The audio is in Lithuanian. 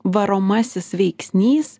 varomasis veiksnys